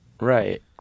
Right